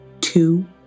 two